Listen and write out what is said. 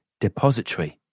Depository